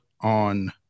on